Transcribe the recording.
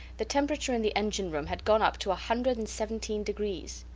the temperature in the engine-room had gone up to a hundred and seventeen degrees.